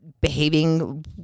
behaving